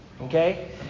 Okay